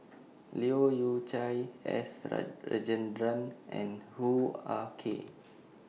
Leu Yew Chye S Rajendran and Hoo Ah Kay